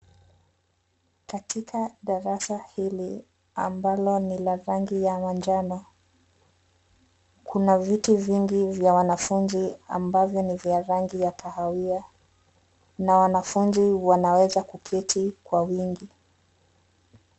Katika darasa hili ambalo ni la rangi ya manjano. Kuna viti vingi vya wanafuzi ambavyo ni vya rangi ya kahawia na wanafuzi wanaweza kuketi kwa wingi.